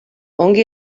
ongi